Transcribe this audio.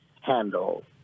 handle